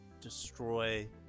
destroy